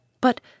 But